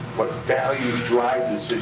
what values drive